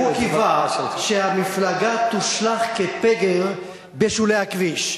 הוא קיווה שהמפלגה תושלך כפגר בשולי הכביש,